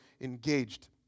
engaged